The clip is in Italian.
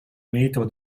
metro